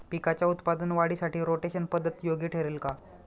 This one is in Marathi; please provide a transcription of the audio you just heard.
पिकाच्या उत्पादन वाढीसाठी रोटेशन पद्धत योग्य ठरेल का?